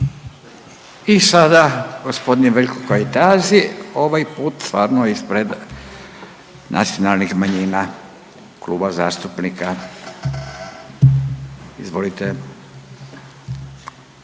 I sada gospodin Veljko Kajtazi ovaj put stvarno ispred nacionalnih manjina, Kluba zastupnika. Izvolite.